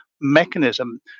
mechanism